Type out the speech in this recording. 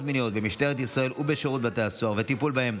מיניות במשטרת ישראל ובשירות בתי הסוהר והטיפול בהן,